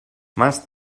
más